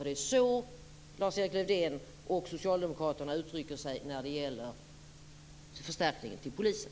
Det är ju så Lars-Erik Lövdén och socialdemokraterna uttrycker sig när det gäller förstärkningen till polisen.